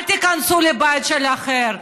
אל תיכנסו לבית של האחר,